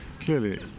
clearly